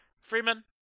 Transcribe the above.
Freeman